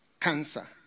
Cancer